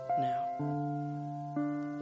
now